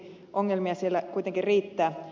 ongelmia siellä kuitenkin riittää